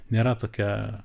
nėra tokia